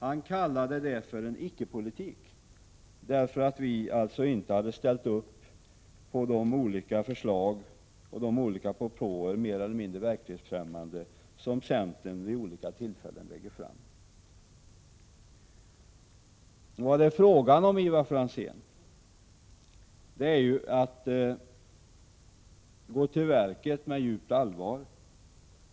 Han kallade den för en icke-politik, därför att vi inte har ställt upp på de olika förslag och propåer, mer eller mindre verklighetsfrämmande, som centern vid olika tillfällen har lagt fram. Men vad det är fråga om, Ivar Franzén, är ju att gå till verket med djupt allvar.